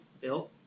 Bill